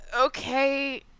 Okay